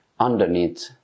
Underneath